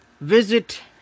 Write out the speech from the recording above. visit